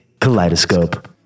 kaleidoscope